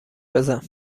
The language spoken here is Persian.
بزن